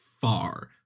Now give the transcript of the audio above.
far